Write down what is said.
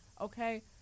Okay